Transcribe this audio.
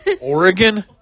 Oregon